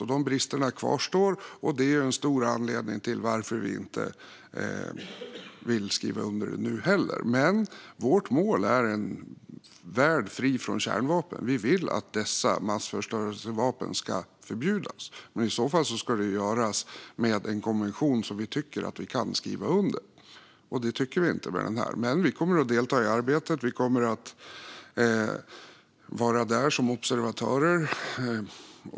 De bristerna kvarstår, och det är en stor anledning till att vi inte vill skriva under nu heller. Vårt mål är en värld fri från kärnvapen. Vi vill att dessa massförstörelsevapen ska förbjudas. Men i så fall ska det göras genom en konvention som vi tycker att vi kan skriva under. Det tycker vi inte med den här. Men vi kommer att delta i arbetet. Vi kommer att vara där som observatörer.